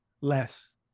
less